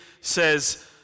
says